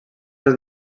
els